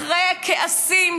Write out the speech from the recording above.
אחרי כעסים,